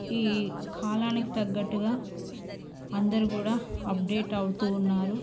ఈ కాలానికి తగ్గట్టుగా అందరు కూడా అప్డేట్ అవుతు ఉన్నారు